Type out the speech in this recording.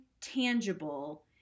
tangible